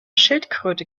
schildkröte